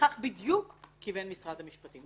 לכך בדיוק כיוון גם משרד המשפטים.